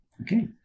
Okay